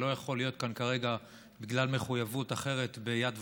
שלא יכול להיות כאן כרגע בגלל מחויבות אחרת ביד ושם,